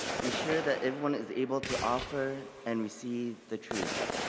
be sure that everyone is able to offer and receive the truths.